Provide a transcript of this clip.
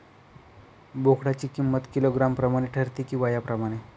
बोकडाची किंमत किलोग्रॅम प्रमाणे ठरते कि वयाप्रमाणे?